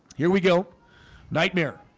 here we go nightmare